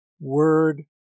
word